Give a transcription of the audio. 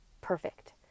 perfect